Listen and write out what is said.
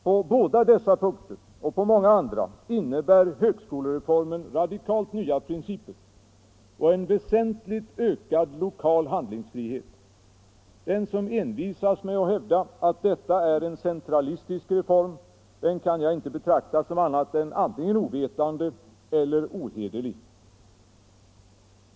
På båda dessa punkter, och på många andra, innebär högskolereformen radikalt nya principer och en väsentligt ökad lokal handlingsfrihet. Den som envisas med att hävda att detta är en centralistisk reform den kan jag inte betrakta som annat än antingen ovetande eller ohederlig.